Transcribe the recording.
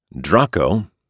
Draco